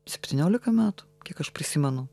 septyniolika metų kiek aš prisimenu